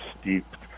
steeped